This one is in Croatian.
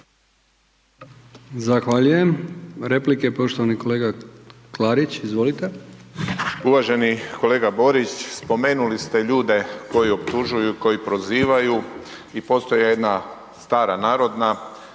Zahvaljujem. Replika, poštovani kolega Klarić, izvolite. **Klarić, Tomislav (HDZ)** Uvaženi kolega Borić, spomenuli ste ljude koji optužuju, koji prozivaju i postoji jedna stara narodna